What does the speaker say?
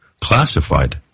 classified